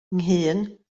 nghyn